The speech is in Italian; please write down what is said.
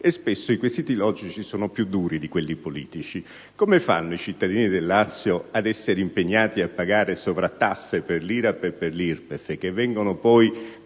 (spesso i quesiti logici sono più duri di quelli politici): come fanno i cittadini del Lazio ad essere impegnati a pagare sovrattasse per l'IRAP e per l'IRPEF, che vengono poi